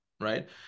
Right